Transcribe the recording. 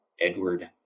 Edward